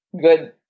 good